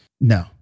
No